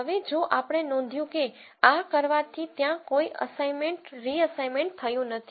હવે જો આપણે નોંધ્યું કે આ કરવાથી ત્યાં કોઈ અસાઇનમેન્ટ રીઅસાઇનમેન્ટ થયું નથી